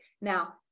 Now